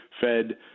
Fed –